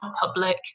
public